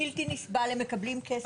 בלתי נסבל, הם מקבלים כסף.